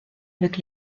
avec